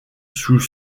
sous